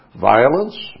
Violence